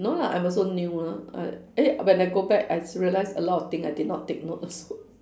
no lah I'm also new lah uh eh when I go back I realised a lot of thing I did not take note also